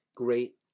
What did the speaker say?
Great